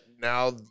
now